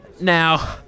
Now